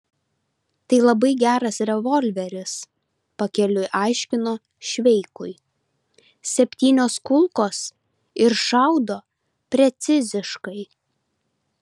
tai labai geras revolveris pakeliui aiškino šveikui septynios kulkos ir šaudo preciziškai